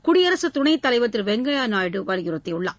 குடியரசுத் துணைத் தலைவர் திரு வெங்கையா நாயுடு வலியுறுத்தியுள்ளார்